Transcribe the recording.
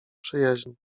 przyjaźń